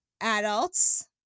adults